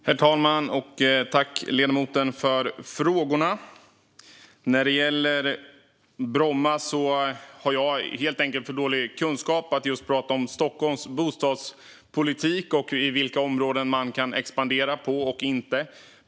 Herr talman! Tack, ledamoten, för frågorna! När det gäller Bromma har jag helt enkelt för dålig kunskap för att prata om Stockholms bostadspolitik och i vilka områden man kan expandera och inte.